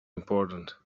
important